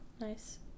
Nice